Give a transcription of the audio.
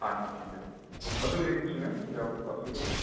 আচ্ছা ঠিক আছে অসুবিধে কিচ্ছু নাই যাবো অসুবিধে কী আছে